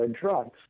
drugs